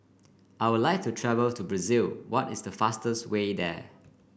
I would like to travels to Brazil what is the fastest way there